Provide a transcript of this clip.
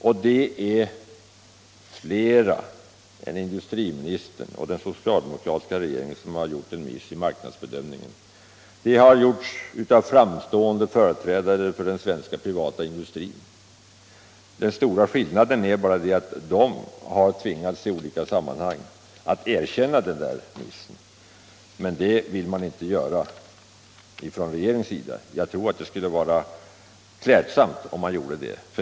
Och det är fler än industriministern och den socialdemokratiska regeringen som har gjort en sådan miss. Det har gjorts av framstående företrädare för den svenska privata industrin. Den stora skillnaden är bara att de företrädarna i olika sammanhang har tvingats erkänna missen. Men det vill man inte göra i regeringen. Jag tror att det skulle vara klädsamt om man gjorde det.